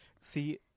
See